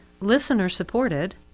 listener-supported